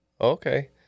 okay